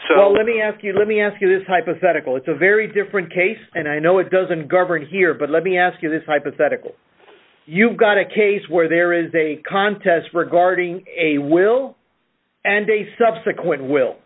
so let me ask you let me ask you this hypothetical it's a very different case and i know it doesn't govern here but let me ask you this hypothetical you've got a case where there is a contest regarding a will and a subsequent will